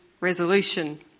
resolution